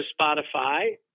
Spotify